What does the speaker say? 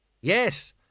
yes